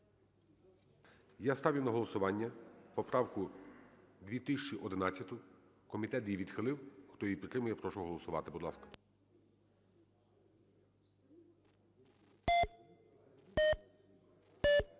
Я ставлю на голосування поправку 2011, комітет її відхилив. Хто її підтримує, прошу голосувати, будь ласка.